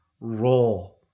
roll